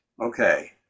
okay